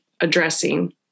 addressing